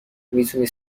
میتونی